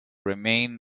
remain